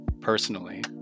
personally